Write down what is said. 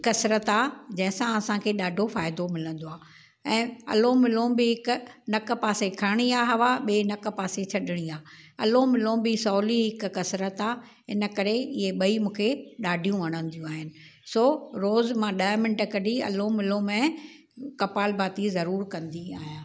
कसरत आहे जंहिं सां असांखे ॾाढो फ़ाइदो मिलंदो आहे ऐं अलोम विलोम बि हिकु नकु पासे खणणी आहे हवा आहे ॿिए नकु पासे छॾिणी आहे अलोम विलोम बि सहूली हिकु कसरत आहे इनकरे इहे ॿई मूंखे ॾाढीयूं वणंदियूं आहिनि सो रोज़ु मां ॾह मिन्ट कढी अलोम विलोम ऐं कपाल भाती ज़रूरु कंदी आहियां